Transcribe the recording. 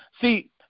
see